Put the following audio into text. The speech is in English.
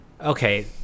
okay